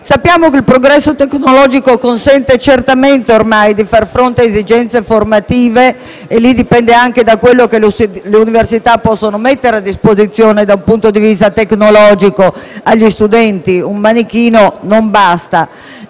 Sappiamo che il progresso tecnologico consente certamente ormai di far fronte a esigenze formative, e anche in questo caso dipende da quello che le università possono mettere a disposizione, dal punto di vista tecnologico, agli studenti: un manichino non basta.